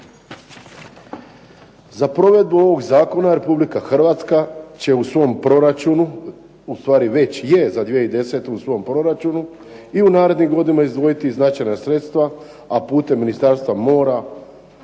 Za provedbu ovog zakona Republika Hrvatska će u svom proračunu, ustvari već je za 2010. u svom proračunu i u narednoj godini izdvojiti značajna sredstva, a putem Ministarstva mora,